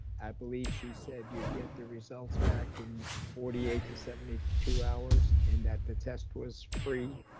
i believe she said, you'd get the results back in forty eight to seventy two hours, and that the test was free.